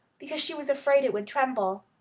because she was afraid it would tremble.